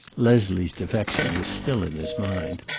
leslie's defection was still in his mind.